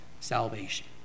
salvation